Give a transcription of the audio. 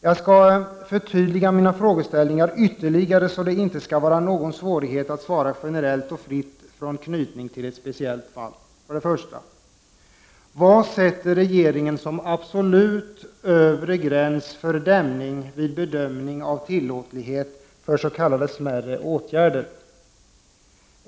Jag skall förtydliga mina frågeställningar ytterligare, så att det inte skall vara någon svårighet att svara generellt och fritt från anknytning till något speciellt fall. 1. Vad sätter regeringen som absolut övre gräns för dämning vid bedömning av tillåtlighet för s.k. smärre åtgärder?